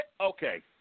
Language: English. Okay